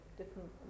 different